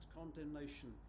condemnation